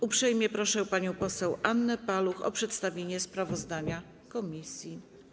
Uprzejmie proszę panią poseł Annę Paluch o przedstawienie sprawozdania komisji.